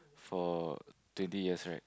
for twenty years right